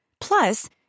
Plus